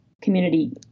community